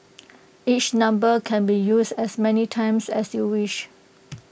each number can be used as many times as you wish